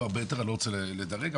אני לא רוצה לדרג,